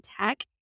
tech